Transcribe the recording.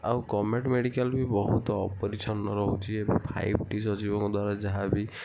ଆଉ government medical ବି ବହୁତ ଅପରିଚ୍ଛନ୍ନ ରହୁଛି ଏବଂ ଫାଇଭ୍ ଟି ସଚିବଙ୍କ ଦ୍ୱାରା ଯାହା ବି